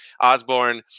Osborne